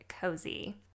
cozy